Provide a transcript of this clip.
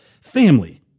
family